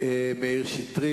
מאיר שטרית.